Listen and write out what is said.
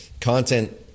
content